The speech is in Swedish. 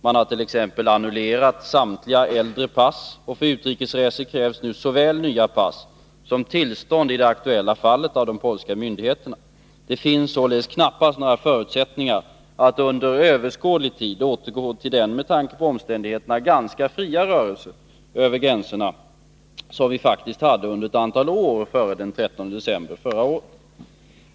Man har t.ex. annullerat samtliga äldre pass, och för utrikesresor krävs nu såväl nya pass som tillstånd i det aktuella fallet av de polska myndigheterna. Det finns således knappast några förutsättningar för att man under överskådlig tid skulle kunna återgå till den, med tanke på omständigheterna, ganska fria rörelse över gränserna som vi faktiskt hade under ett antal år före den 13 december förra året.